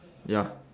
ya